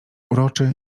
uroczy